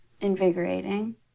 invigorating